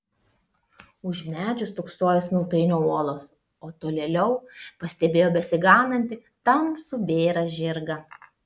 už medžių stūksojo smiltainio uolos o tolėliau pastebėjo besiganantį tamsų bėrą žirgą